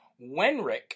Wenrick